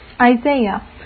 Isaiah